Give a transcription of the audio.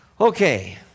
Okay